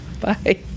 Bye